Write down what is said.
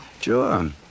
Sure